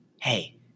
Hey